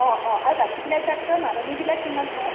অ অ আৰু বাকীবিলাক ডাক্টৰৰ মাননিবিলাক কিমান হয়